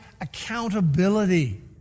accountability